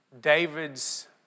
David's